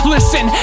Listen